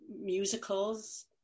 musicals